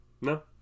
No